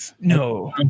No